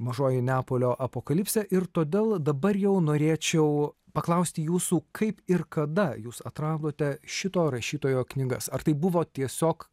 mažoji neapolio apokalipsė ir todėl dabar jau norėčiau paklausti jūsų kaip ir kada jūs atradote šito rašytojo knygas ar tai buvo tiesiog